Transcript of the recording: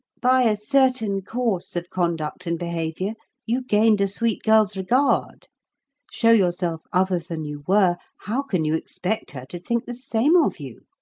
by a certain course of conduct and behaviour you gained a sweet girl's regard show yourself other than you were, how can you expect her to think the same of you